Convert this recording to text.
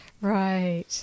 Right